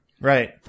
Right